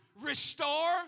restore